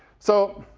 so